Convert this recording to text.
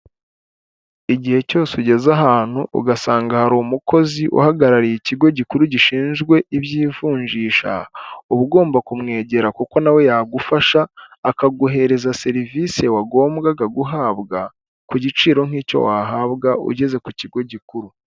Igihe cyose ugeze ahantu ugasanga hari umukozi uhagarariye ikigo gikuru gishinzwe iby'ivunjisha, uba ugomba kumwegera kuko nawe yagufasha, akaguhereza serivisi wagombwaga guhabwa, ku giciro nk'icyo wahabwa ugeze ku kigo gikuru.